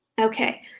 Okay